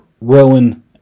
Rowan